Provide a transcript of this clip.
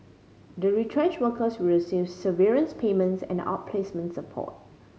the retrenched workers will receive severance payments and outplacements support